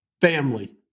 family